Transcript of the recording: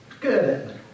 Good